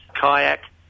kayak